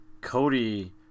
Cody